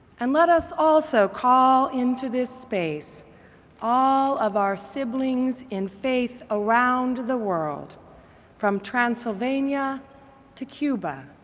and let us also call into this space all of our siblings in faith around the world from transylvania to cuba,